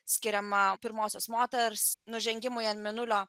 skiriama pirmosios moters nužengimo ant mėnulio